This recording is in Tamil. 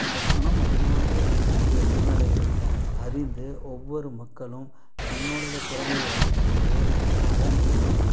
இந்த பணம் அதிகமாக ஈட்டக்கூடிய சூழ்நெலகளை அறிந்து ஒவ்வொரு மக்களும் தன்னோடைய திறமையை வளர்த்துக்கொண்டு அதன் மூலம்